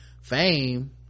fame